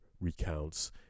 recounts